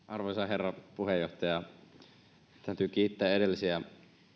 herra puheenjohtaja täytyy kiittää edellisiä